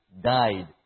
Died